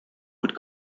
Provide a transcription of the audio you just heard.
would